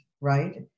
right